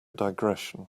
digression